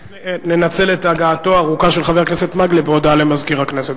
ננצל את הגעתו הארוכה של חבר הכנסת מקלב בהודעה למזכיר הכנסת.